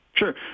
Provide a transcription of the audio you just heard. Sure